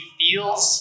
feels